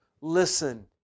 listen